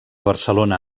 barcelona